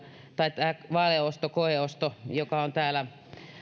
tai koeosto joka on täällä